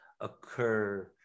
occur